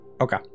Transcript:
Okay